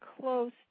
close